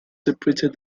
separated